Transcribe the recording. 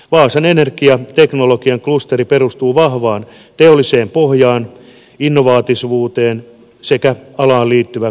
vaasan energiateknologian klusteri perustuu vahvaan teolliseen pohjaan innovatiivisuuteen sekä alaan liittyvään koulutukseen